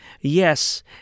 Yes